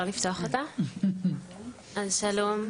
שלום.